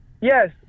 yes